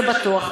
זה בטוח.